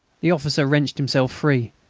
the officer wrenched himself free,